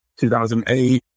2008